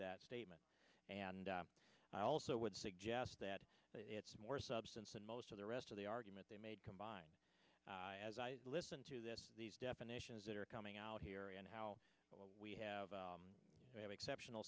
that statement and i also would suggest that it's more substance than most of the rest of the argument they made combined as i listen to this these definitions that are coming out here and how we have to have exceptional